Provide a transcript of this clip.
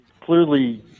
clearly